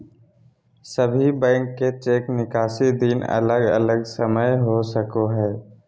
सभे बैंक के चेक निकासी दिन अलग अलग समय हो सको हय